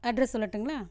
address சொல்லட்டுங்களா